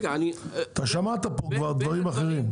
אתה שמעת פה דברים אחרים.